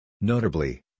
Notably